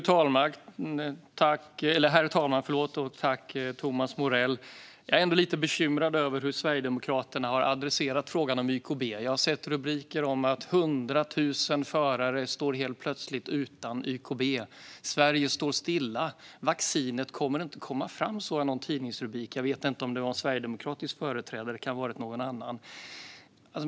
Herr talman! Jag är lite bekymrad över hur Sverigedemokraterna har adresserat frågan om YKB. Jag har sett rubriker om att 100 000 förare plötsligt står utan YKB, att Sverige står stilla och att vaccinet inte kommer att komma fram. Jag vet inte om det sistnämnda kom från en sverigedemokratisk företrädare; det kan ha varit någon annan.